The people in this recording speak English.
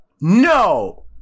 no